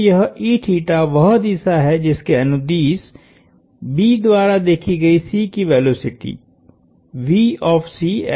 तो यह वह दिशा है जिसके अनुदिश B द्वारा देखी गयी C की वेलोसिटी हो सकती है